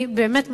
אני באמת מציעה: